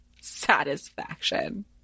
satisfaction